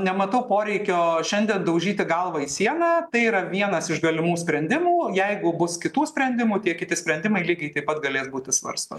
nematau poreikio šiandien daužyti galvą į sieną tai yra vienas iš galimų sprendimų jeigu bus kitų sprendimų tie kiti sprendimai lygiai taip pat galės būti svarsto